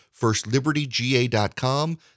Firstlibertyga.com